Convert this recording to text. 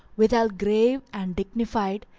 withal grave and dignified,